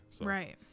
Right